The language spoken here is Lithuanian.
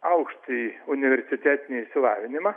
aukštąjį universitetinį išsilavinimą